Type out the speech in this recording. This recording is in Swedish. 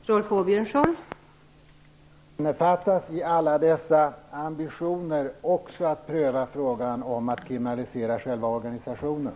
Fru talman! Innefattas i alla dessa ambitioner också att pröva frågan om att kriminalisera själva organisationen?